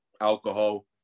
alcohol